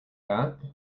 that